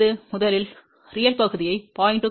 முதலில் உண்மையான பகுதியை 0